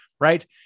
right